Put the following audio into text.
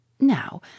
Now